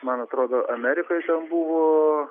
man atrodo amerikoj ten buvo